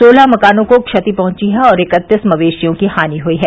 सोलह मकानों को क्षति पहुंची है और इक्कतीस मवेशियों की हानि हुई है